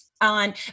on